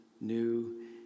new